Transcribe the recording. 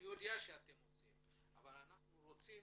ואני יודע שאתם עושים, אבל אנחנו רוצים